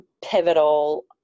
pivotal